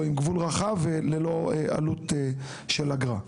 או עם גבול רחב וללא עלות של אגרה,